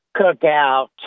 cookout